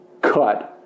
cut